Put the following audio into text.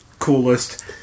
Coolest